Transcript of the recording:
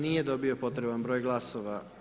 Nije dobio potreban broj glasova.